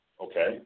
okay